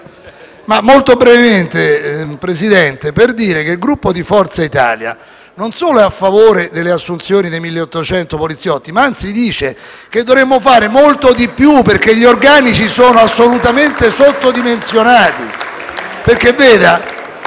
Signor Presidente, intervengo per dire che il Gruppo Forza Italia non solo è a favore delle assunzioni dei 1.800 poliziotti, ma anzi ritiene che dovremmo fare molto di più perché gli organici sono assolutamente sottodimensionati *(Applausi